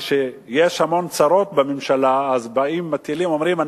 כשיש המון צרות בממשלה אז מטילים ואומרים.